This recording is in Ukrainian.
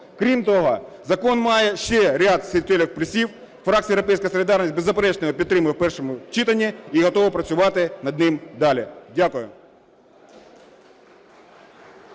Крім того, закон має ще ряд суттєвих плюсів. Фракція "Європейська солідарність", беззаперечно, його підтримає в першому читанні і готова працювати над ним далі. Дякую.